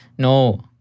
No